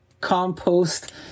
compost